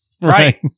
right